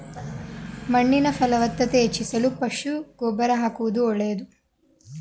ಮಣ್ಣಿನ ಫಲವತ್ತತೆ ಹೆಚ್ಚಿಸಲು ಪಶು ಗೊಬ್ಬರ ಆಕುವುದು ಒಳ್ಳೆದು